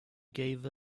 gave